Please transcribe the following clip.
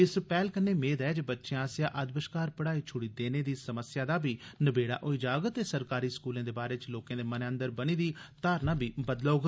इस पैहल कन्नै मेद ऐ जे बच्चे आसेया अद बश्कार पढ़ाई छुड़ी देने दी समस्या दा बी नबेड़ा होई जाग ते सरकारी स्कूलें बारै लोकें दे मनै अंदर बनी दी धारणा बी बदलोग